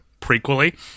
prequely